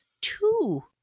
two